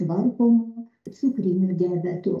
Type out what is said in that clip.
tvarkomu cukriniu diabetu